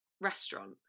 restaurant